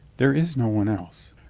there is no one else.